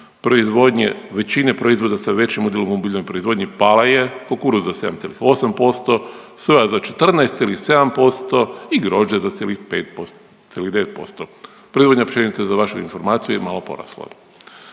većine proizvoda sa većim udjelom u biljnoj proizvodnji pala je kukuruz za 7,8%, soja za 14,7% i grožđe za cijelih 5%, cijelih 9%. Proizvodnja pšenice za vašu informaciju je malo porasla.